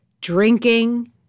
drinking